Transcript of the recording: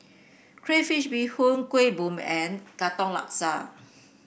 Crayfish Beehoon Kuih Bom and Katong Laksa